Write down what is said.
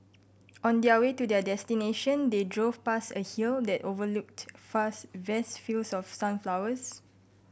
on their way to their destination they drove past a hill that overlooked fast vast fields of sunflowers